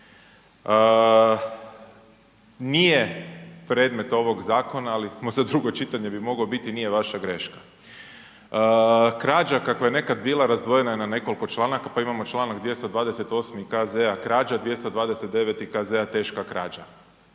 Nije predmet ovog zakona, ali za drugo čitanje bi mogao biti, nije vaša greška. Krađa kako je nekada bila razdvojena na nekoliko članaka, pa imamo Članka 228. KZ, krađa, 229. KZ teška krađa.